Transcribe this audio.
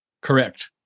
correct